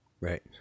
Right